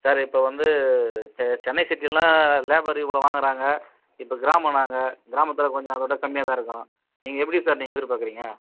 sir இப்போ வந்து செ சென்னை சிட்டியெல்லாம் லேபர் இவ்வளோ வாங்குகிறாங்க இப்போ கிராமம் நாங்கள் கிராமத்தில் கொஞ்சம் அதைவிட கம்மியாக தான் இருக்கும் நீங்கள் எப்படி சார் நீங்கள் எதிர்பார்க்குறீங்க